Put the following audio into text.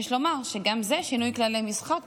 יש לומר שגם זה שינוי כללי משחק,